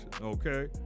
okay